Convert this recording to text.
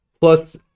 Plus